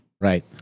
Right